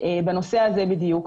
בנושא הזה בדיוק,